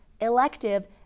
elective